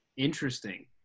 Interesting